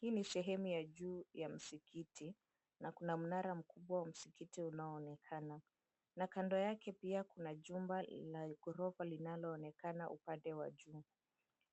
Hii ni sehemu ya juu ya msikiti na kuna mnara mkubwa wa msikiti unaoonekana na kando yake pia kuna jumba la ghorofa linaloonekana upande wa juu.